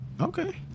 Okay